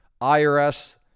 IRS